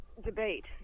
debate